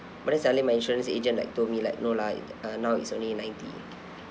but then suddenly my insurance agent like told me like no lah uh now is only ninety